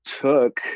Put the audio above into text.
took